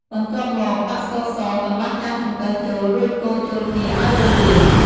បន្ទាប់មក ដាក់ ស្ករស កន្លះចានចង្កឹះ ចូល រួចកូរចូលគ្នាឱ្យរលាយ។